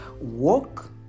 walk